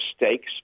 mistakes